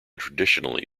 traditionally